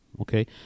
okay